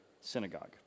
synagogue